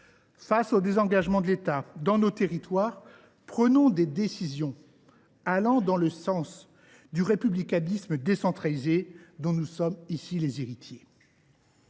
Face au désengagement de l’État dans nos territoires, prenons des décisions allant dans le sens du républicanisme décentralisé dont nous sommes ici les héritiers.